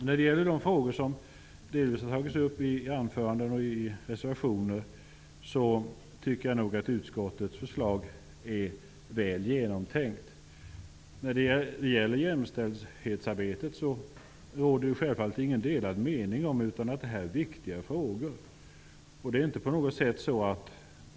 När det gäller de frågor som delvis har tagits upp i anföranden och reservationer tycker jag nog att utskottets förslag är väl genomtänkt. Det råder sjävfallet ingen delad mening om att jämställdhetsarbetet handlar om viktiga frågor.